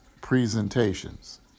presentations